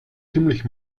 ziemlich